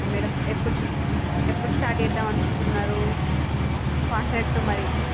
madam ఎప్పుడు ఎప్పుడు start చేద్దామనుకుంటున్నారు కాంట్రాక్ట్ మరి